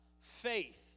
faith